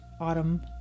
autumn